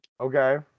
Okay